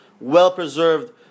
well-preserved